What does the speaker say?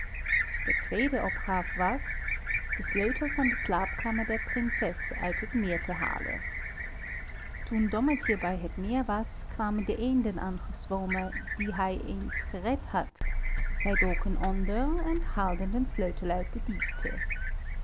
de tweede opgaaf was de sleutel van de slaapkamer der prinses uit het meer te halen toen dommertje bij het meer was kwamen de eenden aangezwommen die hij eens gered had zij doken onder en haalden den sleutel uit